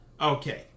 Okay